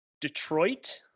Detroit